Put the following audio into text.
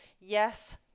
yes